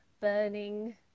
burning